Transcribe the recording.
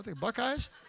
Buckeyes